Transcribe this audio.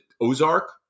Ozark